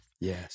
Yes